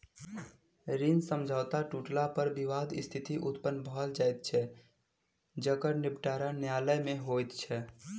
ऋण समझौता टुटला पर विवादक स्थिति उत्पन्न भ जाइत छै जकर निबटारा न्यायालय मे होइत छै